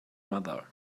mother